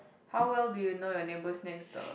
how well do you know your neighbours next door